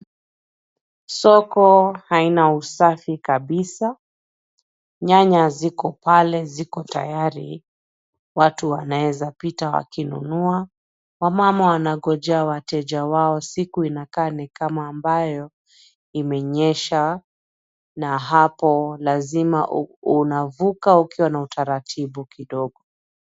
Soko haina usafi kabisa. Nyanya ziko pale ziko tayari ,watu wanaweza pita wakinunua. Wamama wanangojea wateja wao siku inakaa nikama ambayo imenyesha, na hapo lazima unavuka ukiwa na utaratibu kidogo.